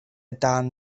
dan